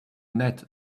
net